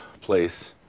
place